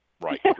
right